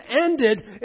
ended